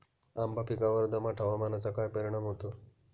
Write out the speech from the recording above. आंबा पिकावर दमट हवामानाचा काय परिणाम होतो?